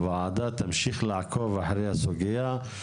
הוועדה תמשיך לעקוב אחרי הסוגייה,